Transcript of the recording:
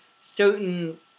certain